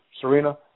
Serena